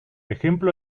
ejemplo